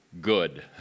good